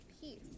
peace